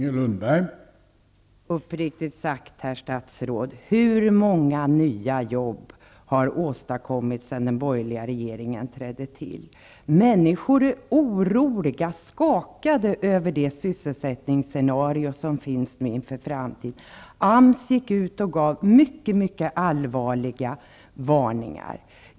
Herr talman! Uppriktigt sagt, herr statsråd: Hur många nya jobb har åstadkommits sedan den borgerliga regeringen tillträdde? Människorna är oroliga och skakade över det sysselsättningsscenario som finns inför framtiden. AMS har gett mycket allvarliga varningar.